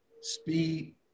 speed